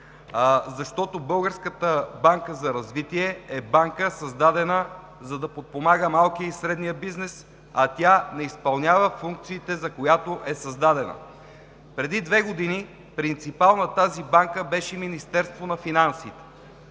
защото Българската банка за развитие е банка, създадена, за да подпомага малкия и средния бизнес, а тя не изпълнява функциите, за които е създадена. Преди две години принципал на банката беше Министерството на финансите.